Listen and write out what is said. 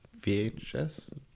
vhs